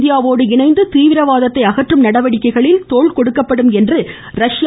இந்தியாவோடு இணைந்து தீவிரவாதத்தை அகற்றும் நடவடிக்கைகளில் தோள் கொடுக்கும் என்று ரஷ்யா